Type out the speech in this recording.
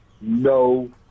no